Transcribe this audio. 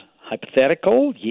hypothetical